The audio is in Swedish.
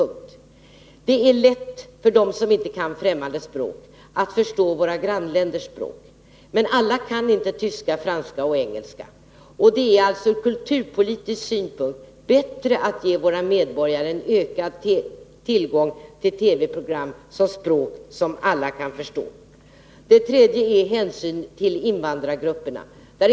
Alla kan inte tyska, franska och engelska, men det är lätt för dem som inte kan främmande språk att förstå människorna i våra grannländer. Det är alltså ur kulturpolitisk synpunkt bättre att ge våra medborgare ökad tillgång till TV-program på språk som alla kan förstå. Det tredje är hänsyn till invandrarna.